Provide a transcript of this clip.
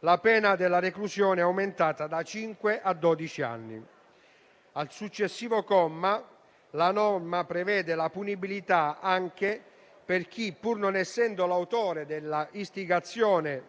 la pena della reclusione è aumentata da cinque a dodici anni. Al successivo comma, la norma prevede la punibilità anche per chi, pur non essendo l'autore della istigazione